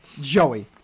Joey